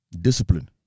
Discipline